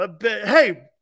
hey